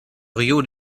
rio